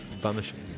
vanishing